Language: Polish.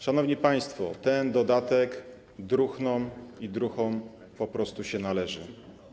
Szanowni państwo, ten dodatek druhnom i druhom po prostu się należy.